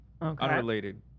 Unrelated